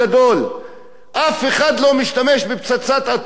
אף אחד לא משתמש בפצצת אטום בעולם הזה.